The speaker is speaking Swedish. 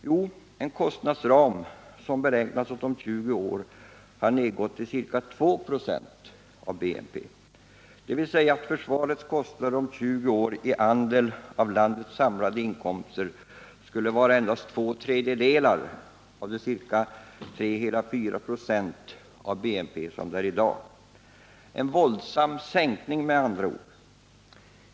Jo, en kostnadsram som beräknas att om 20 år ha nedgått till ca 2 26 av BNP, dvs. att försvarets kostnader om 20 år i andel av landets samlade inkomster skulle vara endast två tredjedelar av de ca 3,4 26 av BNP som de är i dag. En våldsam sänkning med andra ord.